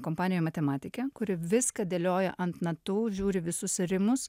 kompanijoj matematikė kuri viską dėlioja ant natų žiūri visus rimus